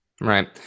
Right